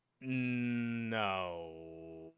no